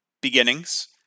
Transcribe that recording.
beginnings